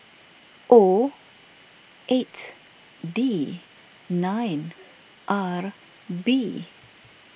O eight D nine R B